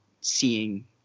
seeing